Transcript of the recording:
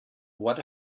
what